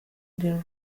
the